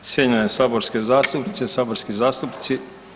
Cijenjene saborske zastupnice, saborski zastupnici.